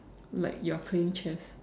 like you are playing chess